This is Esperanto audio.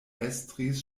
estris